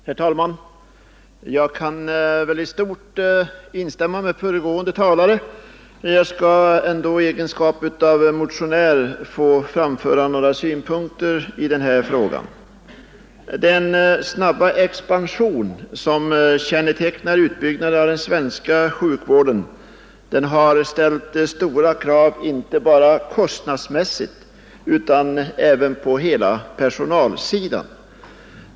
Herr talman! Jag kan i stort instämma med föregående talare, men jag vill ändå i egenskap av motionär framföra några synpunkter i den här frågan. Den snabba expansion som kännetecknar utbyggnaden av den svenska sjukvården har ställt stora krav inte bara kostnadsmässigt utan även på hela personalsidan.